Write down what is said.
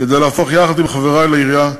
כדי להפוך, יחד עם חברי לעירייה,